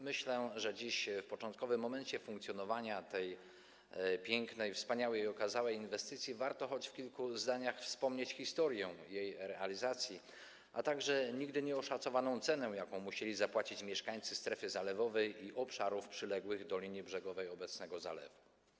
Myślę, że dziś w początkowym momencie funkcjonowania tej pięknej, wspaniałej i okazałej inwestycji warto choć w kilku zdaniach wspomnieć historię jej realizacji, a także cenę, która nigdy nie była oszacowana, jaką musieli zapłacić mieszkańcy strefy zalewowej i obszarów przyległych do linii brzegowej obecnego zalewu.